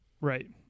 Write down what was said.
Right